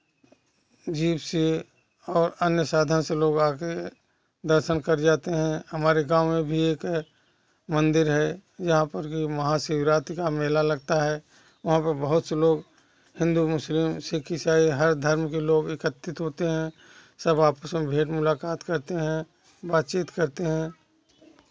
jeep से और अन्य साधन लोग आकर दर्शन कर जाते हैं हमारे गाँव में भी एक मंदिर है जहाँ पर के वहाँ शिवरात्रि का मेला लगता है वहाँ पर बहुत से लोग हिंदू मुस्लिम सिख ईसाई हर धर्म के लोग एकत्रित होते हैं सब आपस में भेंट मुलाकात करते हैं बात चीत करते हैं